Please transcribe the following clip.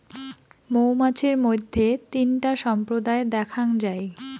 মৌমাছির মইধ্যে তিনটা সম্প্রদায় দ্যাখাঙ যাই